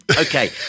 Okay